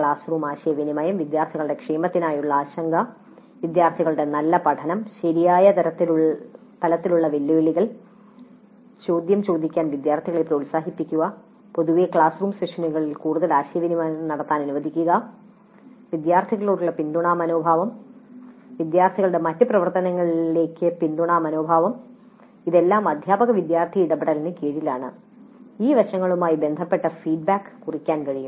class room ആശയവിനിമയം വിദ്യാർത്ഥികളുടെ ക്ഷേമത്തിനായുള്ള ആശങ്ക വിദ്യാർത്ഥികളുടെ നല്ല പഠനം ശരിയായ തലത്തിലുള്ള വെല്ലുവിളികൾ നൽകുക ചോദ്യങ്ങൾ ചോദിക്കാൻ വിദ്യാർത്ഥികളെ പ്രോത്സാഹിപ്പിക്കുക പൊതുവേ ക്ലാസ് റൂം സെഷനുകളിൽ കൂടുതൽ ആശയവിനിമയം നടത്താൻ അനുവദിക്കുക വിദ്യാർത്ഥികളോടുള്ള പിന്തുണാ മനോഭാവം വിദ്യാർത്ഥികളുടെ മറ്റ് പ്രവർത്തനങ്ങളിലേക്ക് പിന്തുണാ മനോഭാവം ഇതെല്ലാം അധ്യാപക വിദ്യാർത്ഥി ഇടപെടലിന് കീഴിലാണ് ഈ വശങ്ങളുമായി ബന്ധപ്പെട്ട ഫീഡ്ബാക്ക് കുറിക്കാൻ കഴിയും